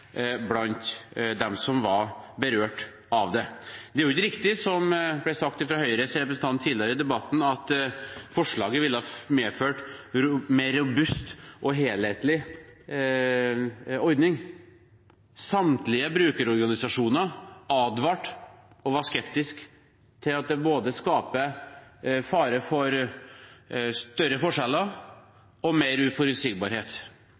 blant dem som var berørt av det. Det er ikke riktig det som ble sagt fra Høyres representant tidligere i debatten, at forslaget ville medført en mer robust og helhetlig ordning. Samtlige brukerorganisasjoner advarte og var skeptisk da det skaper fare for både større forskjeller og mer uforutsigbarhet.